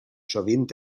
sovint